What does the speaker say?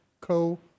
co